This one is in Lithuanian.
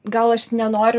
gal aš nenoriu